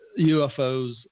UFOs